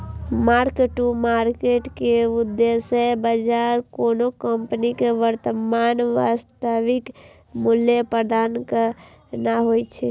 mark to market के उद्देश्य बाजार कोनो कंपनीक वर्तमान वास्तविक मूल्य प्रदान करना होइ छै